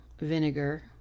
vinegar